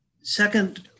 second